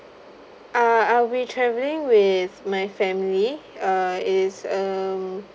ah I'll be travelling with my family uh it's um